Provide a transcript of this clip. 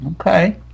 Okay